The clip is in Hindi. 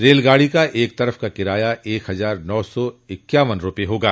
रेलगाडी का एक तरफ का किराया एक हजार नौ सौ इक्यावन रूपये होगा